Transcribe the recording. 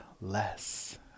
less